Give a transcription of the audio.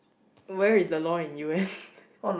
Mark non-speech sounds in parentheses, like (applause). where is the law in U_S (laughs)